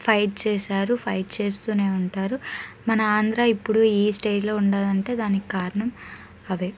fight చేసారు fight చేస్తూనే ఉంటారు మన ఆంధ్ర ఇప్పుడు ఈ స్టేజ్లో ఉందంటే దానికి కారణం అదే